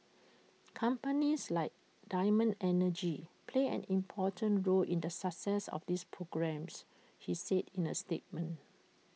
companies like diamond energy play an important role in the success of these programmes he said in A statement